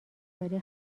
برای